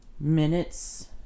minutes